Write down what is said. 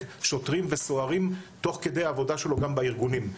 שוטרים וסוהרים תוך כדי העבודה שלו גם בארגונים.